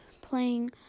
playing